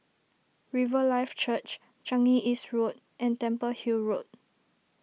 Riverlife Church Changi East Road and Temple Hill Road